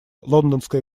лондонская